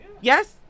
Yes